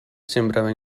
sembrava